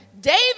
David